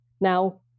now